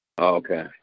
Okay